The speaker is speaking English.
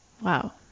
Wow